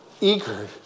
eager